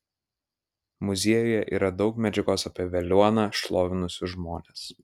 muziejuje yra daug medžiagos apie veliuoną šlovinusius žmones